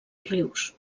rius